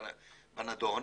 בנדון,